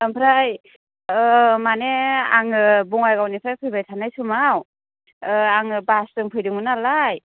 ओमफ्राय माने आङो बङाइगावनिफ्राइ फैबाय थानाय समाव आङो बासजों फैदोंमोन नालाय